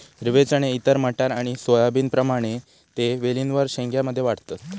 हिरवे चणे इतर मटार आणि सोयाबीनप्रमाणे ते वेलींवर शेंग्या मध्ये वाढतत